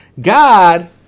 God